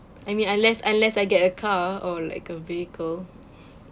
I mean unless unless I get a car or like a vehicle